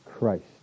Christ